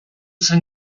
zen